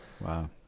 Wow